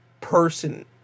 person